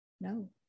No